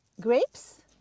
Grapes